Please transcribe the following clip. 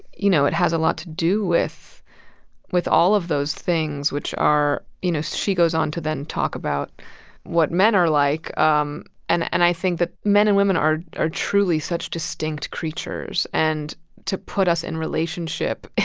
you know, it has a lot to do with with all of those things, which are, you know she goes on to, then, talk about what men are like. um and and i think that men and women are are truly such distinct creatures. and to put us in relationship